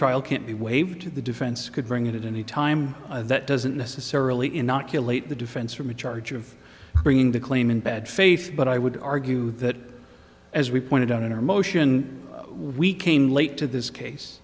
trial can't be waived to the defense could bring it in the time that doesn't necessarily inoculate the defense from a charge of bringing the claim in bad faith but i would argue that as we pointed out in our motion we came late to this case